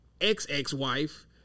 ex-ex-wife